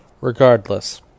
Regardless